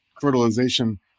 fertilization